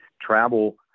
travel